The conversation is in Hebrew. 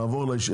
אני עובר לנושא